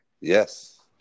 yes